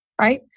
right